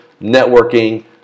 networking